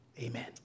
Amen